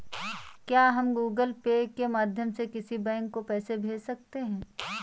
क्या हम Google Pay के माध्यम से किसी बैंक को पैसे भेज सकते हैं?